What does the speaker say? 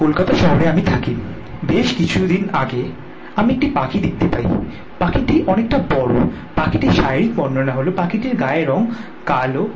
কলকাতা শহরে আমি থাকি বেশ কিছু দিন আগে আমি একটি পাখি দেখতে পাই পাখিটি অনেকটা বড় পাখিটির শারীরিক বর্ণনা হল পাখিটির গায়ের রং কালো